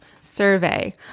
survey